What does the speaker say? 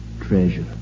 treasure